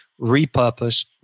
repurpose